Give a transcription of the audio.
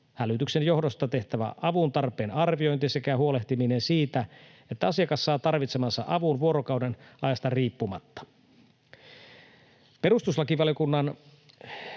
hälytyksen johdosta tehtävä avuntarpeen arviointi sekä huolehtiminen siitä, että asiakas saa tarvitsemansa avun vuorokaudenajasta riippumatta. Perustuslakivaliokunnan